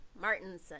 Martinson